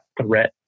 threat